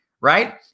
Right